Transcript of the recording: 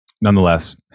nonetheless